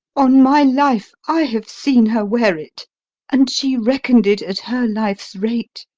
on my life, i have seen her wear it and she reckon'd it at her life's rate.